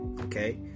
Okay